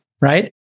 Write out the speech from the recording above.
right